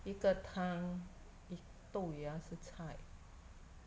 一个汤豆芽是菜: yi ge tang dou ya shi cai